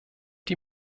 die